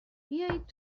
بیایید